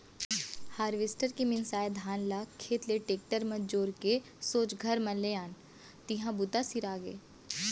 harvester के मिंसाए धान ल खेत ले टेक्टर म जोर के सोझ घर म ले आन तिहॉं बूता सिरागे